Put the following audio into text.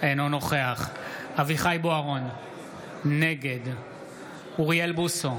אינו נוכח אביחי אברהם בוארון, נגד אוריאל בוסו,